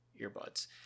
earbuds